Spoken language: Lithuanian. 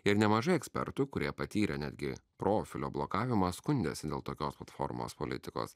ir nemažai ekspertų kurie patyrė netgi profilio blokavimą skundėsi dėl tokios platformos politikos